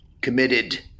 Committed